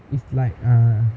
is like err